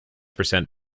percent